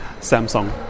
Samsung